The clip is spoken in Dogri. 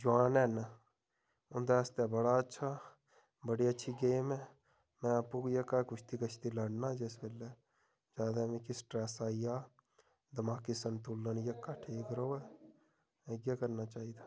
जुआन हैन उं'दे आस्तै बड़ा अच्छा बड़ी अच्छी गेम ऐ में आपूं घर कुश्ती कश्ती लड़नां जिस बेल्लै ज्यादा मिगी स्ट्रैस आई जा दमाकी संतुलन जेह्का ठीक रवै जा इ'यै करना चाहि्दा